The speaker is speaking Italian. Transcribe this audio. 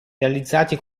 realizzati